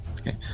Okay